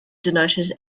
denoted